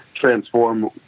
transform